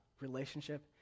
relationship